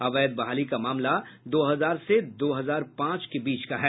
अवैध बहाली का मामला दो हजार से दो हजार पांच के बीच का है